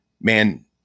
man